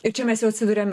ir čia mes jau atsiduriam